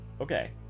Okay